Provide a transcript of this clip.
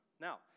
Now